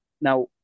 Now